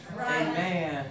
Amen